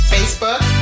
Facebook